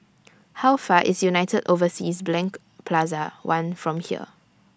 How Far away IS United Overseas Bank Plaza one from here